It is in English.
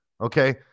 Okay